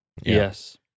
yes